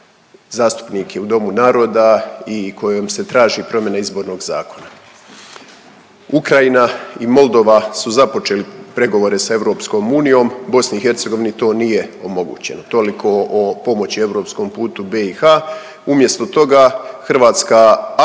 zastupnike u Domu naroda i kojom se traži promjena Izbornog zakona. Ukrajina i Moldova su započeli pregovore sa EU. BiH to nije omogućeno. Toliko o pomoći europskom putu BiH. Umjesto toga Hrvatska aktivno